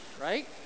right